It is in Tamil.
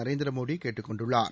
நரேந்திர மோடி கேட்டுக் கொண்டுள்ளார்